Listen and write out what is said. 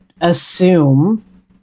assume